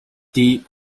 deep